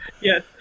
Yes